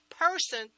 person